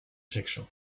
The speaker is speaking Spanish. sexo